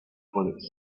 bullets